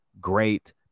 great